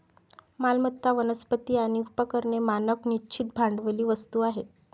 मालमत्ता, वनस्पती आणि उपकरणे मानक निश्चित भांडवली वस्तू आहेत